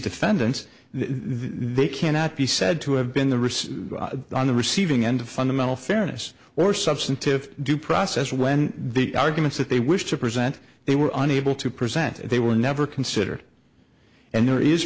defendants they cannot be said to have been the risks on the receiving end of fundamental fairness or substantive due process when the arguments that they wish to present they were unable to present they were never considered and there is